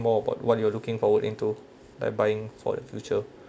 more about what you are looking forward into like buying for the future